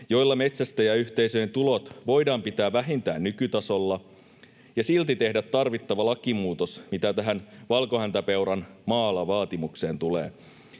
joilla metsästäjäyhteisöjen tulot voidaan pitää vähintään nykytasolla ja silti tehdä tarvittava lakimuutos, mitä tähän valkohäntäpeuran maa-alavaatimukseen tulee.